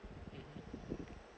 mmhmm